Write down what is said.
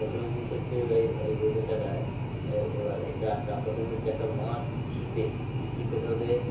আকর্ষণীয় জিনিস হচ্ছে এই পেশাটায় এবার এটা একটা আকর্ষণীয় হচ্ছে একটা মাছ ছিপে ছিপে ধরলে